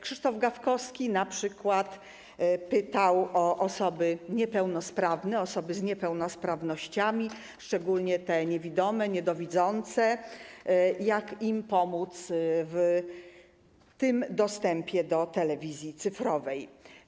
Krzysztof Gawkowski pytał np. o osoby niepełnosprawne, osoby z niepełnosprawnościami, szczególnie te niewidome, niedowidzące, jak im pomóc w dostępie do telewizji cyfrowej.